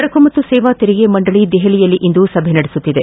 ಸರಕು ಮತ್ತು ಸೇವಾ ತೆರಿಗೆ ಮಂಡಳಿ ದೆಹಲಿಯಲ್ಲಿಂದು ಸಭೆ ನಡೆಸುತ್ತಿದೆ